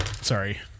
Sorry